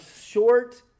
short